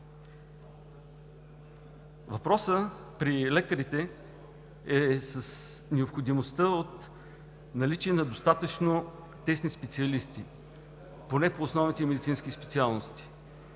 Въпросът при лекарите е с необходимостта от наличие на достатъчно тесни специалисти, поне по основните медицински специалности.